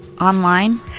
online